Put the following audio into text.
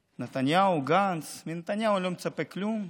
נתניהו, גנץ, מנתניהו אני לא מצפה לכלום,